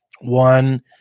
one